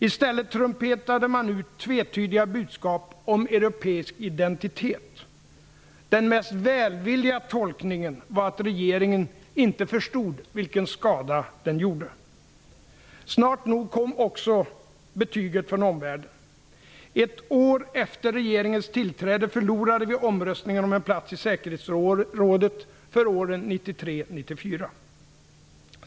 I stället trumpetade man ut tvetydiga budskap om europeisk identitet. Den mest välvilliga tolkningen var att regeringen inte förstod vilken skada den gjorde. Snart nog kom också betyget från omvärlden. Ett år efter regeringens tillträde förlorade vi omröstningen om en plats i säkerhetsrådet för åren 1993--1994.